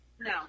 No